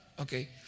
Okay